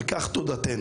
על כך תודתנו.